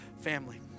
family